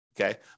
okay